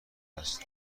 است